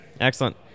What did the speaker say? Excellent